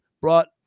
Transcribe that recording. brought